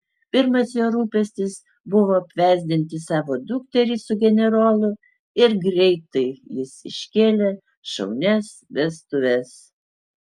pirmas jo rūpestis buvo apvesdinti savo dukterį su generolu ir greit jis iškėlė šaunias vestuves